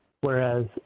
whereas